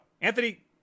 anthony